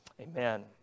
Amen